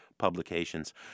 publications